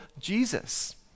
Jesus